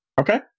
Okay